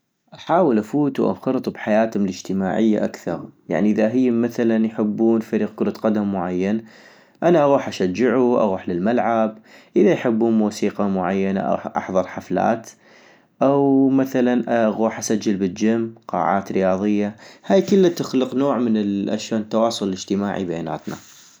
احاول افوت وانخرط بحياتم الاجتماعية اكثغ، يعني اذا هيم مثلا يحبون فريق كرة قدم معين، انا اغوح اشجعو اغول للملعب، اذا يحبون موسيقى معينة احظر حفلات، او مثلا اغوح اسجل بالجم قاعات رياضية. -هاي كلتا تخلق نوع من التواصل الاجتماعي بيناتنا.